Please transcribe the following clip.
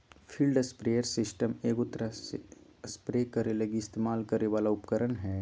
field sprayer system एगो तरह spray करे लगी इस्तेमाल करे वाला उपकरण हइ